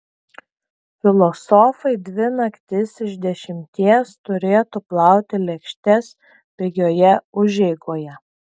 filosofai dvi naktis iš dešimties turėtų plauti lėkštes pigioje užeigoje